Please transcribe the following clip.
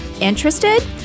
Interested